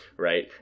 Right